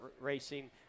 racing